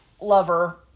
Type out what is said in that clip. lover